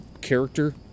character